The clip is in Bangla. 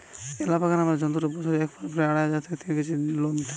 অ্যালাপাকা নামের জন্তুটা বছরে একবারে প্রায় আড়াই থেকে তিন কেজি লোম ঝাড়ি ফ্যালে